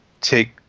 take